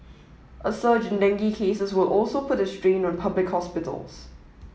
a surge in dengue cases will also put a strain on public hospitals